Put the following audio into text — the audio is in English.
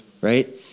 right